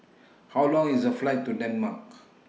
How Long IS The Flight to Denmark